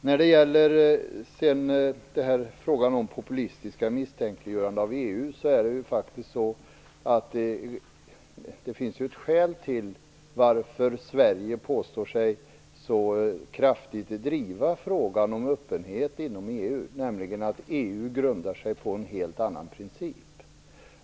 När det gäller frågan om populistiskt misstänkliggörande av EU, finns det ett skäl till att Sverige påstår sig så kraftigt driva frågan om öppenhet inom EU, och det är att EU grundar sig på en helt annan princip.